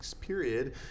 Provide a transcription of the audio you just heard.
period